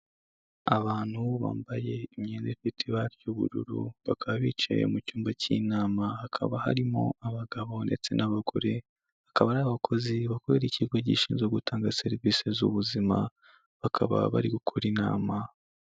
Abantu bambaye imyenda ifite ibara ry'ubururu, bakaba bicaye mu cyumba cy'inama, hakaba harimo abagabo ndetse n'abagore, bakaba ari abakozi bakorera ikigo gishinzwe gutanga serivise z'ubuzima bakaba bari gukora inama.